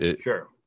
Sure